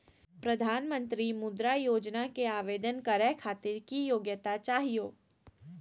प्रधानमंत्री मुद्रा योजना के आवेदन करै खातिर की योग्यता चाहियो?